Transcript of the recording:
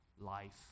life